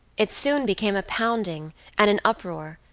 it soon became a pounding and an uproar.